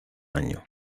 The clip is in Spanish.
año